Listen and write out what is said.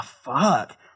fuck